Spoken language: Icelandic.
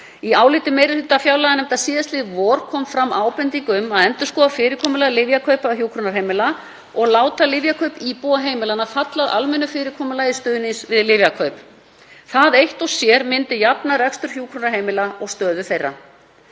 Í áliti meiri hluta fjárlaganefndar síðastliðið vor kom fram ábending um að endurskoða fyrirkomulag lyfjakaupa hjúkrunarheimila og láta lyfjakaup íbúa heimilanna falla að almennu fyrirkomulagi stuðnings við lyfjakaup. Það eitt og sér myndi jafna rekstur hjúkrunarheimila og stöðu þeirra.